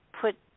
put